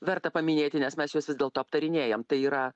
verta paminėti nes mes juos vis dėlto aptarinėjam tai yra